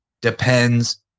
depends